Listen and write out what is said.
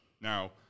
Now